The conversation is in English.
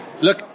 look